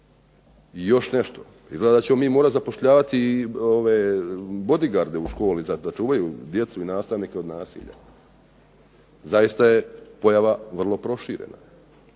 I još nešto, izgleda da ćemo mi morati zapošljavati bodygarde u školi da čuvaju djecu i nastavnike od nasilja. Zaista je pojava vrlo proširena,